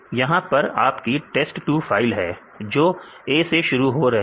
यहां पर आपकी टेस्ट 2 फाइल है जो A से शुरू हो रहा है